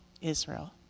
Israel